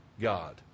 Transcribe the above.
God